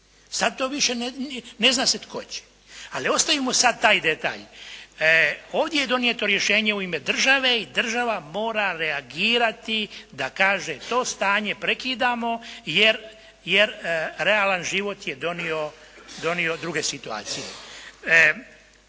Sad to više ne zna se tko će. Ali ostavimo sad taj detalj. Ovdje je donijeto rješenje u ime države i država mora reagirati da kaže to stanje prekidamo jer realan život je donio druge situacije.